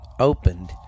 opened